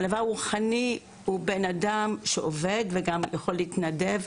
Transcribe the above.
מלווה רוחני שהוא אדם שעובד, והוא גם יכול להתנדב.